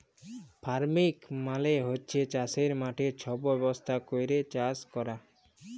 farming মালে হছে চাষের মাঠে ছব ব্যবস্থা ক্যইরে চাষ ক্যরা